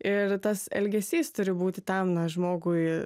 ir tas elgesys turi būti tam žmogui